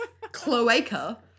cloaca